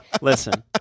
listen